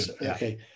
okay